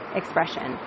expression